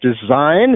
design